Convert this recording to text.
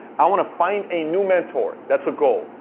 i want to find a new mentor. that's a goal.